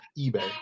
eBay